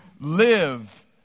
live